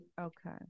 okay